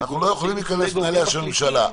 --- אנחנו לא יכולים להיכנס לנעליה של הממשלה,